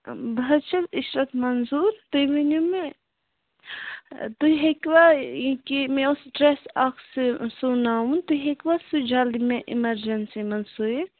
بہٕ حظ چھَس عشرَت منٛظوٗر تُہۍ ؤنِو مےٚ تُہۍ ہٮ۪کِوا ییٚکیٛاہ مےٚ اوس ڈرٛٮ۪س اَکھ سُو سُوناوُن تُہۍ ہیٚکِوا سُہ جلدی مےٚ اِمَرجَنسی منٛز سُوِتھ